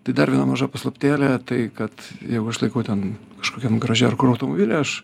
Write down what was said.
tai dar viena maža paslaptėlė tai kad jeigu aš laikau ten kažkokiam graže ar kur automobilį aš